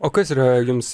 o kas yra jums